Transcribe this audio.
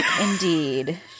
indeed